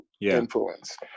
influence